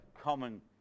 common